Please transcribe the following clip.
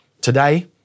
today